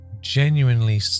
genuinely